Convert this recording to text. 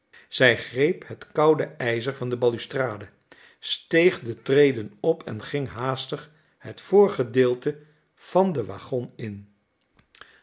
zij greep het koude ijzer van de balustrade steeg de treden op en ging haastig het voorgedeelte van den waggon in